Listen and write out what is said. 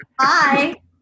Hi